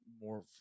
more